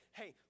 hey